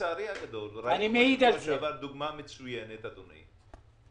לצערי הרב ראיתי דוגמה מצוינת, אדוני.